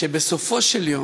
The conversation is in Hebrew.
שבסופו של דבר,